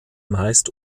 meist